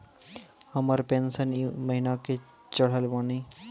हमर पेंशन ई महीने के चढ़लऽ बानी?